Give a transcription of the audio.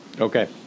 Okay